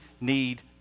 need